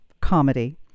comedy